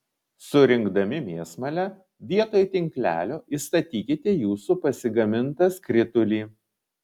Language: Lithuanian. surinkdami mėsmalę vietoj tinklelio įstatykite jūsų pasigamintą skritulį